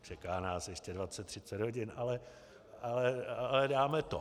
Čeká nás ještě dvacet, třicet hodin, ale dáme to.